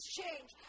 change